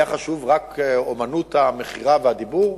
היה חשוב רק אמנות המכירה והדיבור?